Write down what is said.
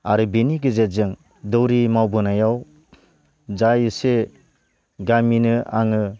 आरो बिनि गेजेरजों दौरि मावबोनायाव जा एसे गामिनो आङो